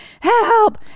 help